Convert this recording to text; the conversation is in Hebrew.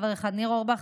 חבר אחד: ניר אורבך,